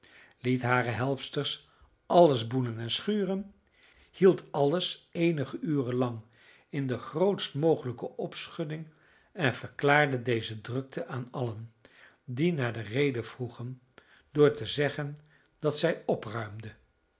liet hare helpsters alles boenen en schuren hield alles eenige uren lang in de grootst mogelijke opschudding en verklaarde deze drukte aan allen die naar de reden vroegen door te zeggen dat zij opruimde